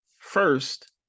first